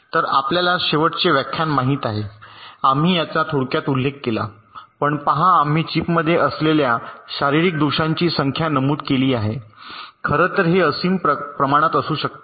तर आपल्याला शेवटचे व्याख्यान माहित आहे आम्ही याचा थोडक्यात उल्लेख केला पहा आम्ही चिपमध्ये असलेल्या शारीरिक दोषांची संख्या नमूद केली आहे खरं तर हे असीम प्रमाणात असू शकते